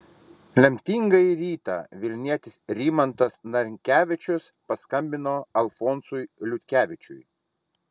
lemtingąjį rytą vilnietis rimantas narinkevičius paskambino alfonsui liutkevičiui